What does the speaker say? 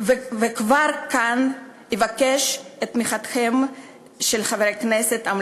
כבר עתה אבקש את תמיכתם המלאה של חברי הכנסת.